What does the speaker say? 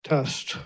Test